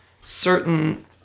certain